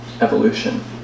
evolution